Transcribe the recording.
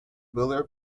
builder